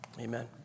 amen